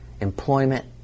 employment